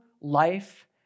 life